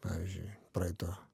pavyzdžiui praeito